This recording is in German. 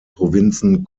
provinzen